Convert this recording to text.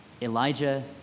Elijah